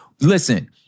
Listen